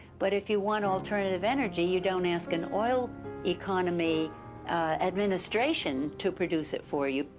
but if you want alternative energy, you don't ask an oil economy administration to produce it for you.